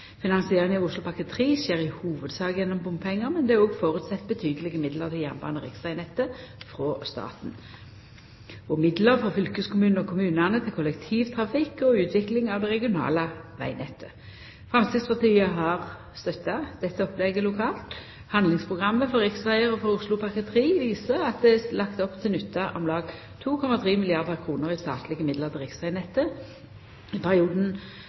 av Oslopakke 3 skjer i hovudsak gjennom bompengar, men det er òg føresett betydelege midlar til jernbane- og riksvegnettet frå staten og midlar frå fylkeskommunane og kommunane til kollektivtrafikk og utvikling av det regionale vegnettet. Framstegspartiet har støtta dette opplegget lokalt. Handlingsprogrammet for riksvegar og for Oslopakke 3 viser at det er lagt opp til å nytta om lag 2,3 milliardar kr i statlege midlar til riksvegnettet i perioden